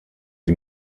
sie